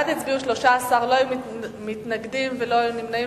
בעד הצביעו 13, לא היו מתנגדים ולא היו נמנעים.